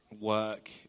work